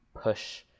push